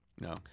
no